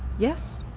yes.